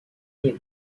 est